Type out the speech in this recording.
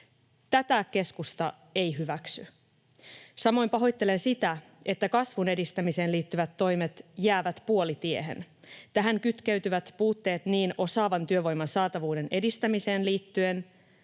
Tätä keskusta ei hyväksy. Samoin pahoittelen sitä, että kasvun edistämiseen liittyvät toimet jäävät puolitiehen. Tähän kytkeytyvät puutteet niin osaavan työvoiman saatavuuden edistämiseen liittyen,